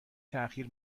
تاخیر